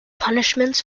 punishments